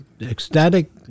ecstatic